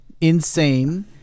insane